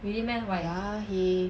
ya he